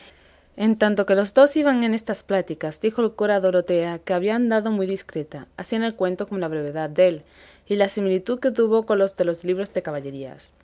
en tanto que los dos iban en estas pláticas dijo el cura a dorotea que había andado muy discreta así en el cuento como en la brevedad dél y en la similitud que tuvo con los de los libros de caballerías